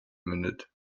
mündet